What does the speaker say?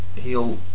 heel